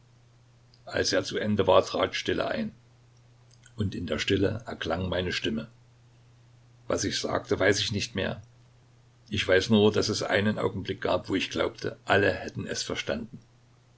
als er zu ende war trat stille ein und in der stille erklang meine stimme was ich sagte weiß ich nicht mehr ich weiß nur daß es einen augenblick gab wo ich glaubte alle hätten alles verstanden